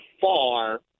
far